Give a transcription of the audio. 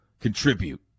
contribute